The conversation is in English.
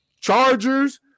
Chargers